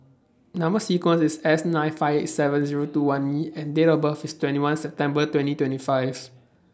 Number sequence IS S nine five seven Zero two one E and Date of birth IS twenty one September twenty twenty five